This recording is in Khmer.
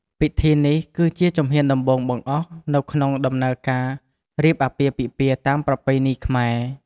ពិធីនេះគឺជាជំហានដំបូងបង្អស់នៅក្នុងដំណើរការរៀបអាពាហ៍ពិពាហ៍តាមប្រពៃណីខ្មែរ ។